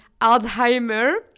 Alzheimer